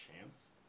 chance